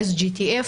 ה-SGTF,